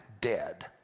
dead